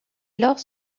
lors